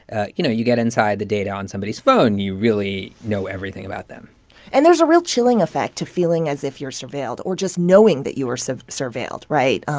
ah you know you get inside the data on somebody's phone, you really know everything about them and there's a real chilling effect to feeling as if you're surveilled or just knowing that you are so surveilled, right?